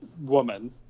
woman